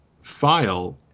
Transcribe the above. file